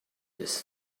this